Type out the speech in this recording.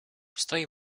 stoi